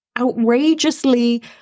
outrageously